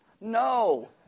No